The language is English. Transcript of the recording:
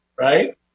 Right